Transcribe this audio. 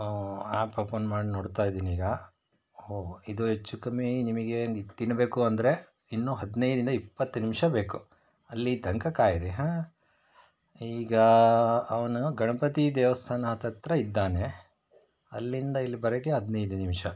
app open ಮಾಡಿ ನೋಡ್ತಾ ಇದೀನೀಗ ಹೋ ಇದು ಹೆಚ್ಚು ಕಮ್ಮಿ ನಿಮಗೆ ತಿನ್ಬೇಕು ಅಂದರೆ ಇನ್ನೂ ಹದಿನೈದರಿಂದ ಇಪ್ಪತ್ತು ನಿಮಿಷ ಬೇಕು ಅಲ್ಲಿ ತನ್ಕ ಕಾಯಿರಿ ಹಾಂ ಈಗ ಅವನು ಗಣಪತಿ ದೇವಸ್ಥಾನ ಹತ್ತತ್ರ ಇದ್ದಾನೆ ಅಲ್ಲಿಂದ ಇಲ್ಲಿ ಬರಕ್ಕೆ ಹದಿನೈದು ನಿಮಿಷ